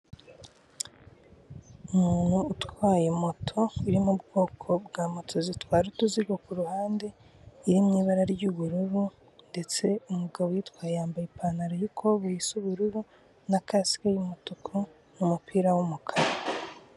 Umuntu utwaye moto iri mu bwoko bwa moto zitwara utuzigo kuruhande, iri mu ibara ry'ubururu ndetse umugabo uyitwaye yambaye ipantaro y'ikoboyi isa ubururu na kasike y'umutuku n'umupira w'umukara.